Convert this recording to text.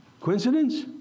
Coincidence